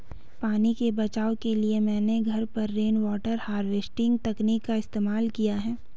पानी के बचाव के लिए मैंने घर पर रेनवाटर हार्वेस्टिंग तकनीक का इस्तेमाल किया है